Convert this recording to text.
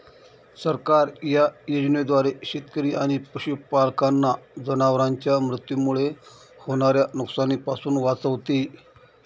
सरकार या योजनेद्वारे शेतकरी आणि पशुपालकांना जनावरांच्या मृत्यूमुळे होणाऱ्या नुकसानीपासून वाचवते